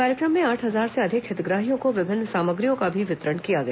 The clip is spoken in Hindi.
कार्य क्र म में आठ हजार से अधिक हितग्राहियों को विभिन्न सामग्रियों का भी वितरण किया गया